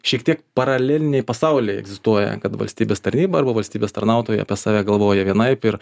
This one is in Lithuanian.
šiek tiek paraleliniai pasauliai egzistuoja kad valstybės tarnyba arba valstybės tarnautojai pas save galvoja vienaip ir